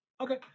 Okay